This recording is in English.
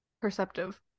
perceptive